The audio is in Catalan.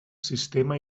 sistema